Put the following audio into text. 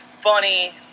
funny